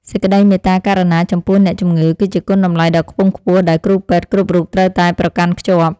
សេចក្តីមេត្តាករុណាចំពោះអ្នកជំងឺ គឺជាគុណតម្លៃដ៏ខ្ពង់ខ្ពស់ដែលគ្រូពេទ្យគ្រប់រូបត្រូវតែប្រកាន់ខ្ជាប់។